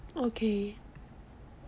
okay